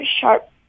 sharp